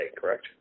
correct